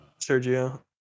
Sergio